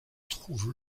trouve